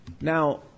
Now